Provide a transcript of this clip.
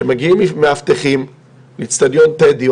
שמגיעים מאבטחים לאצטדיון טדי,